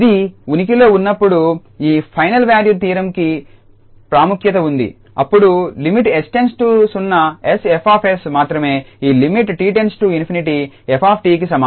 ఇది ఉనికిలో ఉన్నప్పుడు ఈ ఫైనల్ వాల్యూ థీరంకి ప్రాముఖ్యత ఉంటుంది అప్పుడు లిమిట్ 𝑠→0 𝑠F 𝑠 మాత్రమే ఈ లిమిట్ 𝑡→∞ 𝑓𝑡కి సమానం